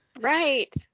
right